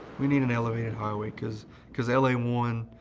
we need an elevated highway cause cause l a one,